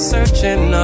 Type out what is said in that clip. Searching